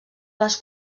les